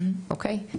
אוקיי?